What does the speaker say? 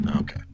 Okay